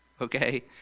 Okay